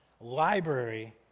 library